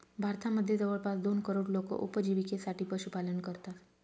भारतामध्ये जवळपास दोन करोड लोक उपजिविकेसाठी पशुपालन करतात